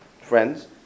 friends